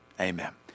Amen